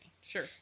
Sure